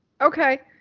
Okay